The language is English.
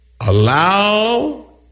Allow